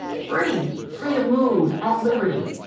free free to move, at liberty,